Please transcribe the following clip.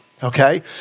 Okay